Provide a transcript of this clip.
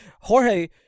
Jorge